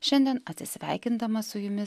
šiandien atsisveikindama su jumis